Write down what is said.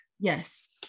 Yes